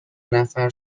نفر